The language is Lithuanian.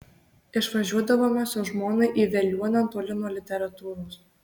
išvažiuodavome su žmona į veliuoną toli nuo literatūros